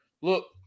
Look